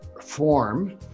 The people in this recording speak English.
form